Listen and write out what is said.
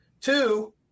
Two